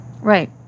Right